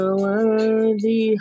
worthy